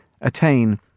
attain